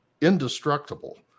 indestructible